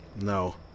No